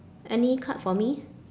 any card for me